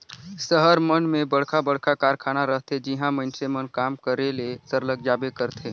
सहर मन में बड़खा बड़खा कारखाना रहथे जिहां मइनसे मन काम करे ले सरलग जाबे करथे